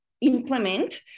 implement